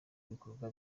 ibikorwa